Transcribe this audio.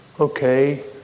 Okay